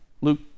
Luke